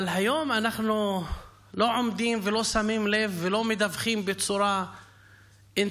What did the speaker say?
אבל היום אנחנו לא עומדים ולא שמים לב ולא מדווחים בצורה אינטנסיבית,